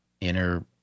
inner